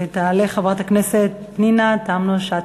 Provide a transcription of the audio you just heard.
תעלה חברת הכנסת פנינה תמנו-שטה.